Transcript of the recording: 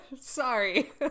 Sorry